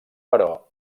però